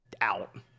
out